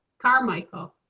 carmichael.